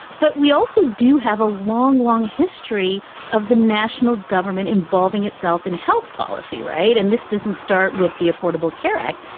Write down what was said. but we also do have a long, long history of the national government involving itself in health policy. right. and this doesn't start with the affordable care act.